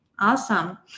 Awesome